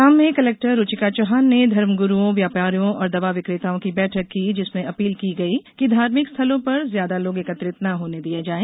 रतलाम में कलेक्टर रूचिका चौहान ने धर्मगुरूओं व्यापारियों और दवा विक़तोओं की बैठक की जिसमें अपील की गई कि धार्मिक स्थलों पर ज्यादा लोगों एकत्रित न होने दिया जाये